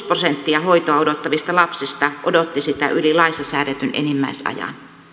prosenttia hoitoa odottavista lapsista odotti sitä yli laissa säädetyn enimmäisajan